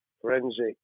forensic